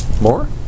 More